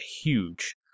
huge